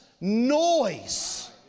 noise